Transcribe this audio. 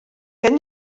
gen